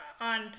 on